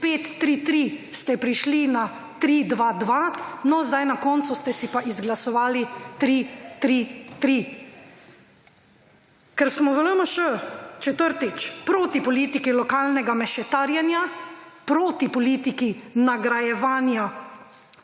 iz 533 ste prišli na 322 sedaj na koncu ste si pa izglasovali 333. Petič, ker smo v LMŠ proti politiki lokalnega mešetarjenja proti politiki nagrajevanja